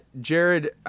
Jared